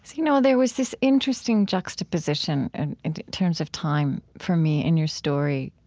you know there was this interesting juxtaposition and in terms of time, for me, in your story